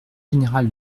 général